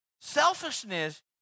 selfishness